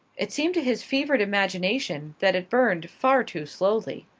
it seemed to his fevered imagination that it burned far too slowly.